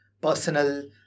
personal